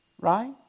Right